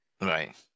right